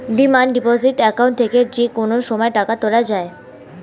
demand deposit account থেকে যে কোনো সময় টাকা তোলা যায়